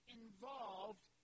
involved